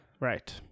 Right